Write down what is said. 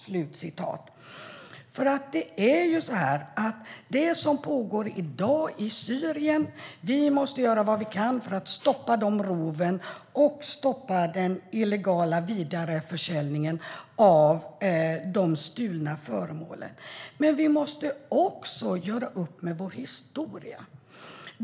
Vi måste göra vad vi kan för att stoppa de rov som pågår i dag i Syrien och stoppa den illegala vidareförsäljningen av de stulna föremålen. Men vi måste också göra upp med vår historia.